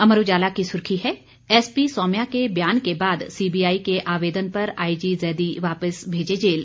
अमर उजाला की सुर्खी है एसपी सौम्या के बयान के बाद सीबीआई के आवेदन पर आईजी जैदी वापस भेजे जेल